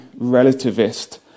relativist